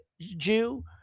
Jew